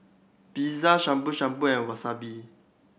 Pizza Shabu Shabu and Wasabi